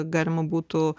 galima būtų